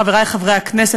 חברי חברי הכנסת,